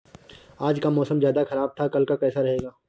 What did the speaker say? आज का मौसम ज्यादा ख़राब था कल का कैसा रहेगा?